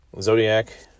Zodiac